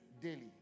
daily